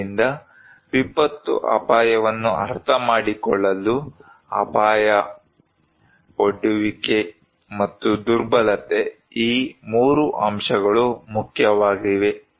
ಆದ್ದರಿಂದ ವಿಪತ್ತು ಅಪಾಯವನ್ನು ಅರ್ಥಮಾಡಿಕೊಳ್ಳಲು ಅಪಾಯ ಒಡ್ಡುವಿಕೆ ಮತ್ತು ದುರ್ಬಲತೆ ಈ 3 ಅಂಶಗಳು ಮುಖ್ಯವಾಗಿವೆ